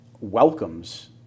welcomes